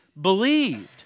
believed